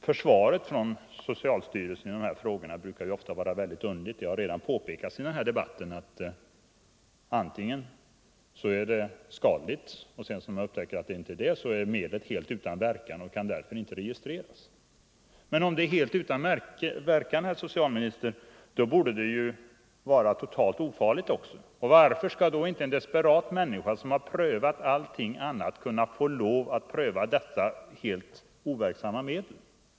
Försvaret från socialstyrelsen i de här frågorna brukar vara väldigt underligt, det har redan påpekats i denna debatt: Antingen är ett medel skadligt eller — när man har upptäckt att det inte är det — helt utan verkan och kan därför inte registreras. Men om ett medel är helt utan verkan, herr socialminister, borde det vara totalt ofarligt också. Varför skall då inte en desperat människa som har prövat allt annat få lov att pröva detta helt overksamma medel?